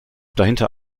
dahinter